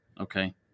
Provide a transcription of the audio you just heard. Okay